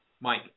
Mike